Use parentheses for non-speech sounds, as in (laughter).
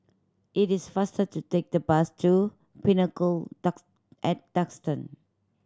it is faster to take the bus to Pinnacle (unintelligible) at Duxton